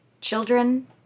children